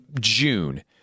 June